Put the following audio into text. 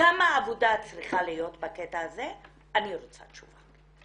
כמה עבודה צריכה להיות בקטע הזה, אני רוצה תשובה.